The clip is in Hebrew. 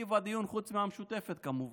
טיב הדיון, חוץ מהמשותפת, כמובן.